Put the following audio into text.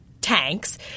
tanks